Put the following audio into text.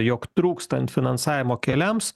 jog trūkstant finansavimo keliams